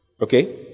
Okay